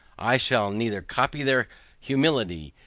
i shall neither copy their humility,